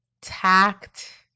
tact